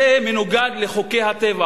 זה מנוגד לחוקי הטבע,